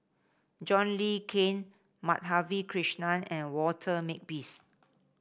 John Le Cain Madhavi Krishnan and Walter Makepeace